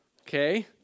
okay